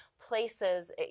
Places